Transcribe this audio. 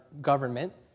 government